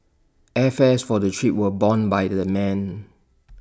airfares for the trip were borne by the men